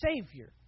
savior